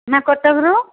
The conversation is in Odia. ଆମେ କଟକରୁ